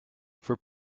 for